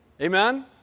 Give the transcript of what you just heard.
Amen